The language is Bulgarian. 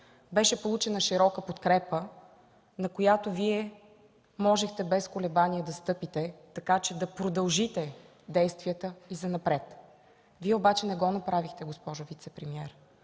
Беше получена широка подкрепа, на която Вие можехте без колебание да стъпите, така че да продължите действията и занапред. Вие обаче не го направихте, госпожо вицепремиер,